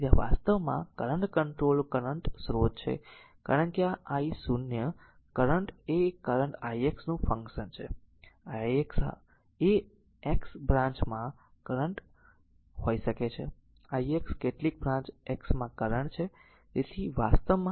તેથી આ વાસ્તવમાં કરંટ કંટ્રોલ્ડ કરંટ સ્રોત છે કારણ કે આ i 0 કરંટ એ કરંટ i x નું ફંક્શન છે i x r એ x a બ્રાંચમાં કરંટ કરંટ હોઈ શકે છે i x કેટલીક બ્રાંચ x a માં કરંટ છે